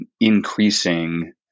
increasing